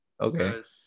Okay